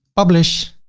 publish.